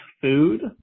food